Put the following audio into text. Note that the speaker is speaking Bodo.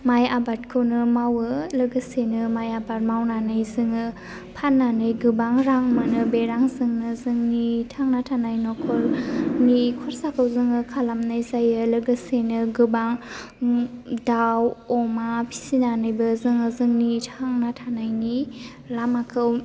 माइ आबादखौनो मावो लोगोसेनो माइ आबाद मावनानै जोङो फाननानै गोबां रां मोनो बे रांजोंनो जोंनि थांना थानाय न'खरनि खरसाखौ जोङो खालामनाय जायो लोगोसेनो गोबां दाव अमा फिसिनानैबो जोङो जोंनि थांना थानायनि लामाखौ